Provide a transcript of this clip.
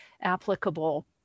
applicable